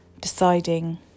deciding